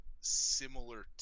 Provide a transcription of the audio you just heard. similar